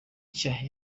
nshya